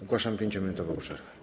Ogłaszam 5-minutową przerwę.